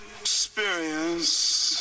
experience